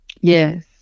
Yes